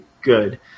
good